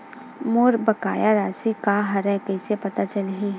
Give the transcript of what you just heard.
मोर बकाया राशि का हरय कइसे पता चलहि?